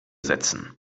setzen